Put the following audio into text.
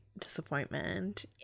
disappointment